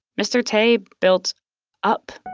mr. tay built up